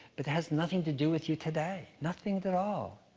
it has nothing to do with you today, nothing at all.